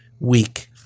week